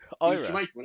Ira